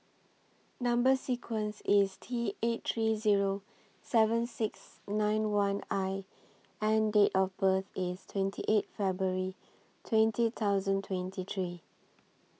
Number sequence IS T eight three Zero seven six nine one I and Date of birth IS twenty eight February twenty thousand twenty three